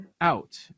Out